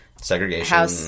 Segregation